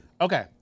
Okay